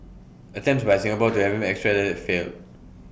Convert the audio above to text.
attempts by Singapore to have him extradited failed